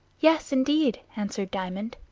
yes, indeed, answered diamond.